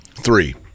three